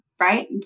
Right